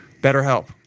BetterHelp